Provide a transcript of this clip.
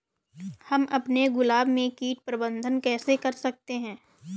हम अपने गुलाब में कीट प्रबंधन कैसे कर सकते है?